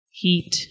Heat